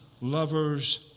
lovers